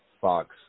Fox